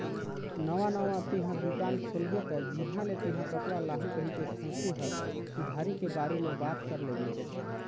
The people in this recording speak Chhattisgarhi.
नवा नवा तेंहा दुकान खोलबे त जिहाँ ले तेंहा कपड़ा लाहू कहिके सोचें हस उधारी के बारे म बात कर लेबे